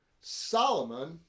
Solomon